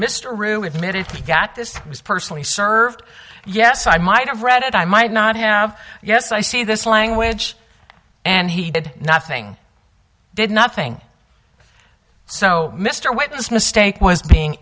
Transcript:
this personally served yes i might have read it i might not have yes i see this language and he did nothing did nothing so mr wentz mistake was being